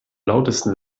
lautesten